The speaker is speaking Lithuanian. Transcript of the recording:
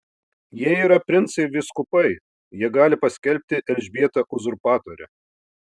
jie yra princai vyskupai jie gali paskelbti elžbietą uzurpatore